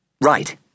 Right